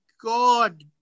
god